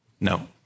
No